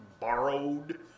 borrowed